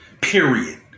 Period